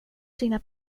sina